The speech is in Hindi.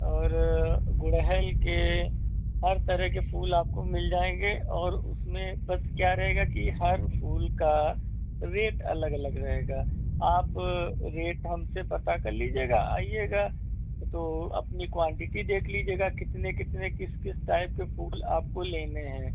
और गुड़हल के हर तरह के फूल आपको मिल जाएँगे और उसमें बस क्या रहेगा कि हर फूल का रेट अलग अलग रहेगा आप रेट हमसे पता कर लीजिएगा आइएगा ह तो अपनी क्वान्टिटी देख लीजिएगा कितने कितने किस किस टाइप के फूल आपको लेने हैं